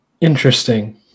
Interesting